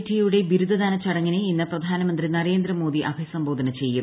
T യുടെ ബിരുദ ദാന ചടങ്ങിനെ ഇന്ന് പ്രധാനമന്ത്രി നരേന്ദ്രമോദി അഭിസംബോധന ചെയ്യും